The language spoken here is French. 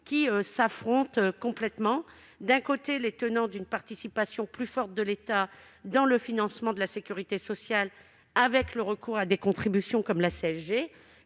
qui s'affrontent. D'un côté, les tenants d'une participation plus forte de l'État dans le financement de la sécurité sociale plaident pour le recours à des contributions comme la CSG,